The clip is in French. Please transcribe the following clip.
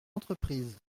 entreprises